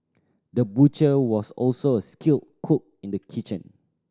the butcher was also a skilled cook in the kitchen